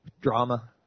drama